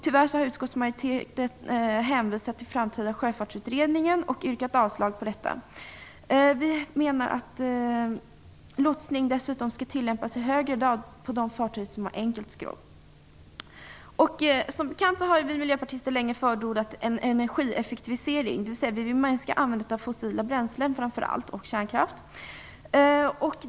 Tyvärr har utskottsmajoriteten hänvisat till den framtida Sjöfartsutredningen och yrkat avslag. Vi menar att lotsning dessutom skall tillämpas i högre grad på de fartyg som har enkelt skrov. Som bekant har vi miljöpartister länge förordat en energieffektivisering. Vi vill framför allt minska användandet av fossila bränslen och kärnkraft.